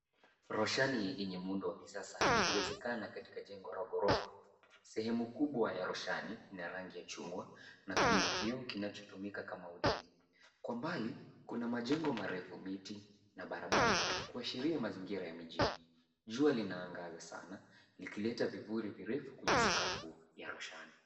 Roshani yenye muundo wa kisasa ikiwezekana katika jengo la ghorofa. Sehemu kubwa ya roshani ni ya rangi ya chungwa na kuna kioo kinachotumika kama ulinzi. Kwa mbali, kuna majengo marefu, miti na barabara kuashiria mazingira ya mijini. Jua linaangaza sana likileta vivuli virefu kwenye sakafu ya roshani.